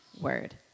word